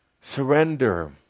Surrender